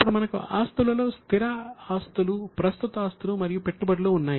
ఇప్పుడు మనకు ఆస్తులలో స్థిర ఆస్తులు ఉన్నాయి